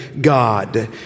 God